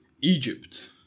Egypt